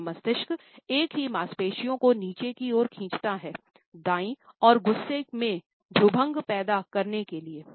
बायाँ मस्तिष्क एक ही मांसपेशियों को नीचे की ओर खींचता है दाईं ओर गुस्से में भ्रूभंग पैदा करने के लिए